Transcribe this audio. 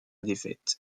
défaite